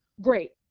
great